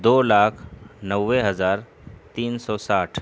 دو لاکھ نوے ہزار تین سو ساٹھ